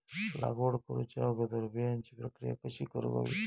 लागवड करूच्या अगोदर बिजाची प्रकिया कशी करून हवी?